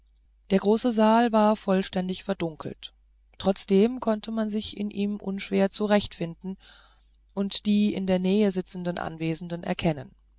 der große saal war vollständig verdunkelt trotzdem konnte man sich in ihm unschwer zurechtfinden und die in der nähe sitzenden anwesenden erkennen